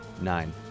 Nine